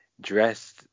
dressed